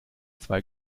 zwei